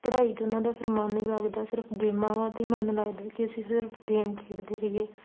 ਪੜ੍ਹਾਈ 'ਚ ਉਹਨਾਂ ਦਾ ਫਿਰ ਮਨ ਨਹੀਂ ਲੱਗਦਾ ਸਿਰਫ ਗੇਮਾਂ ਵਾ 'ਤੇ ਹੀ ਮਨ ਲੱਗਦਾ ਕਿ ਅਸੀਂ ਸਿਰਫ ਗੇਮ ਖੇਡਦੇ ਰਹੀਏ